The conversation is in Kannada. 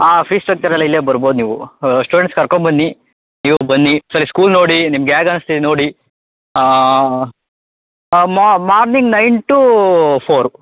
ಆಂ ಫೀಸ್ ಸ್ಟ್ರಕ್ಚರ್ ಎಲ್ಲ ಇಲ್ಲೇ ಬರ್ಬೋದು ನೀವು ಸ್ಟೂಡೆಂಟ್ಸ್ ಕರ್ಕೊಂಡ್ಬನ್ನಿ ನೀವೂ ಬನ್ನಿ ಸಲ ಸ್ಕೂಲ್ ನೋಡಿ ನಿಮ್ಗೆ ಹೇಗ್ ಅನ್ನಿಸ್ತಿದೆ ನೋಡಿ ಮಾರ್ನಿಂಗ್ ನೈನ್ ಟು ಫೋರು